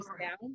down